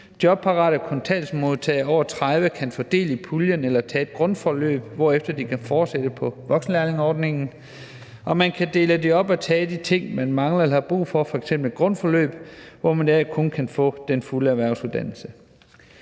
jobparate kontanthjælpsmodtagere over 30 år kan få del i puljen eller tage et grundforløb, hvorefter de kan fortsætte på voksenlærlingeordningen; og man kan dele det op og tage de ting, som man mangler eller har brug for, f.eks. et grundforløb, hvor man i dag kun kan få den fulde erhvervsuddannelse.